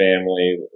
family